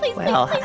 like well,